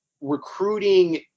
recruiting